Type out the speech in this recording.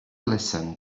listen